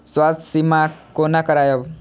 स्वास्थ्य सीमा कोना करायब?